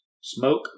Smoke